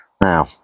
now